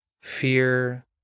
fear